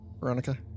Veronica